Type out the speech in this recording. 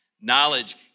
knowledge